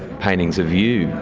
paintings of you.